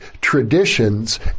traditions